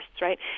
right